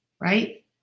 right